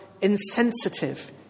insensitive